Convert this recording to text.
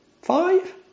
Five